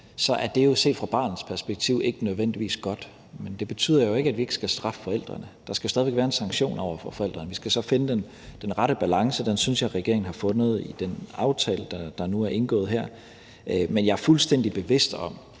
så er det set fra barnets perspektiv ikke nødvendigvis godt, men det betyder jo ikke, at vi ikke skal straffe forældrene. Der skal jo stadig væk være en sanktion over for forældrene. Vi skal så finde den rette balance, og den synes jeg regeringen har fundet i den aftale, der nu er indgået her. Men jeg er fuldstændig bevidst om,